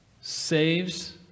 saves